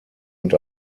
und